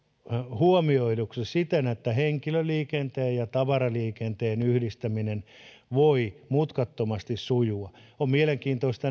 huomioiduksi siten että henkilöliikenteen ja tavaraliikenteen yhdistäminen voi mutkattomasti sujua on mielenkiintoista